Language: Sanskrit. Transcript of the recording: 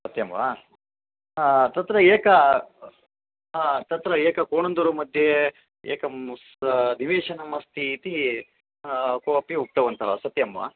सत्यं वा तत्र एकं तत्र एकं कोणन्दूरुमध्ये एकं स निवेशनम् अस्ति इति को अपि उक्तवन्तः सत्यं वा